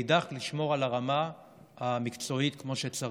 ומאידך גיסא לשמור על הרמה המקצועית כמו שצריך.